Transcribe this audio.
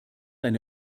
eine